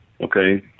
Okay